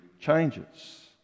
changes